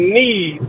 need